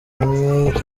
ubumwe